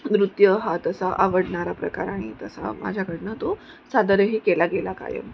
नृत्य हा तसा आवडणारा प्रकार आणि तसा माझ्याकडून तो सादरही केला गेला कायम